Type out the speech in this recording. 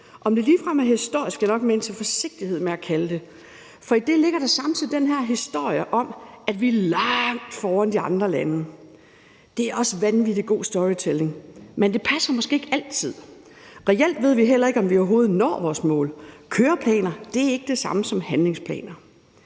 Om det ligefrem er historisk, vil jeg nok mane til forsigtighed med at kalde det. For i det ligger der samtidig den her historie om, at vi er langt foran de andre lande. Det er også vanvittig god storytelling, men det passer måske ikke altid. Reelt ved vi heller ikke, om vi overhovedet når vores mål. Køreplaner er ikke det samme som handlingsplaner.